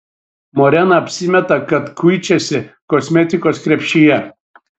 morena apsimeta kad kuičiasi kosmetikos krepšyje